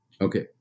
Okay